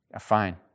Fine